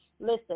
listen